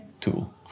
tool